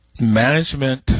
Management